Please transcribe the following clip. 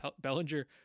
Bellinger